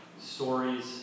stories